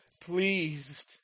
pleased